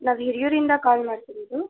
ನಾವು ಹಿರಿಯೂರಿಂದ ಕಾಲ್ ಮಾಡ್ತಿರೋದು